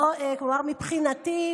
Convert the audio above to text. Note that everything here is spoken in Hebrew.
מבחינתי,